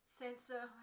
sensor